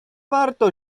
warto